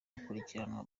gukurikiranwa